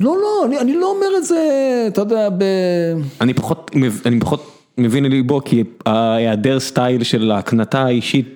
לא, לא, אני לא אומר את זה, אתה יודע, ב... אני פחות מבין לליבו כי ההיעדר סטייל של ההקנטה האישית...